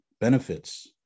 benefits